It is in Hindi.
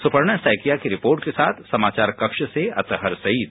सुपर्णा सेकिया की रिपोर्ट के साथ समाचार कक्ष से अतहर सईद